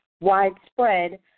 widespread